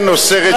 זה נושא רציני,